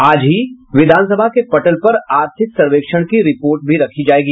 आज ही विधानसभा के पटल पर आर्थिक सर्वेक्षण की रिपोर्ट भी रखी जायेगी